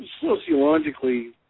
sociologically